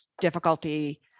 difficulty